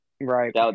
Right